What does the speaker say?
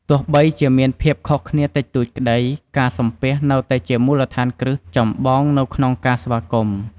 ទោះបីជាមានភាពខុសគ្នាតិចតួចក្ដី ការសំពះនៅតែជាមូលដ្ឋានគ្រឹះចម្បងនៅក្នុងការស្វាគមន៍។